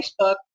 Facebook